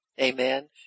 Amen